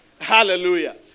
Hallelujah